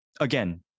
Again